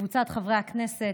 וקבוצת חברי הכנסת,